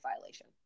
violation